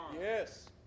Yes